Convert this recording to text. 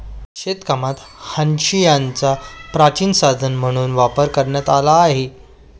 शेतीकामात हांशियाचा प्राचीन साधन म्हणून वापर करण्यात आला आहे